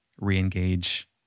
re-engage